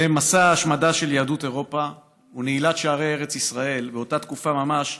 מסע ההשמדה של יהדות אירופה ונעילת שערי ארץ ישראל באותה תקופה ממש,